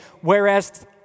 Whereas